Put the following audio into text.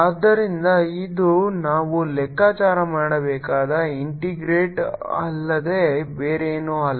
ಆದ್ದರಿಂದ ಇದು ನಾವು ಲೆಕ್ಕಾಚಾರ ಮಾಡಬೇಕಾದ ಇಂಟಿಗ್ರೇಟ್ ಅಲ್ಲದೆ ಬೇರೇನೂ ಅಲ್ಲ